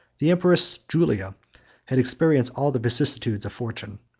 the empress julia had experienced all the vicissitudes of fortune.